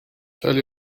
tell